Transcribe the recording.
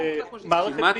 אתה צריך לבנות מערך של מלווים,